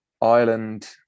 Ireland